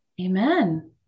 Amen